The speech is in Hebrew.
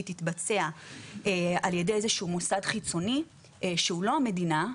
תתבצע על ידי איזשהו מוסד חיצוני שהוא לא המדינה.